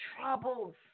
troubles